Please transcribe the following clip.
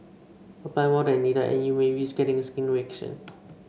apply more than needed and you may risk getting a skin reaction